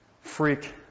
freak